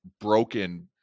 broken